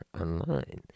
online